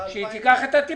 שהחליטה את זה,